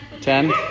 Ten